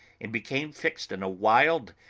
and became fixed in a wild,